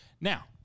Now